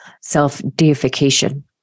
self-deification